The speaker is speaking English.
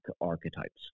archetypes